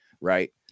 right